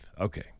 Okay